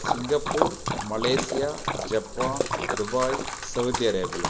Singapore Malaysia Japan Dubai Saudi Arabia